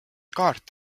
kaart